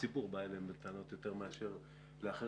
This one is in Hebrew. הציבור בא אליהם בטענות יותר מאשר אל אחרים.